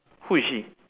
who is she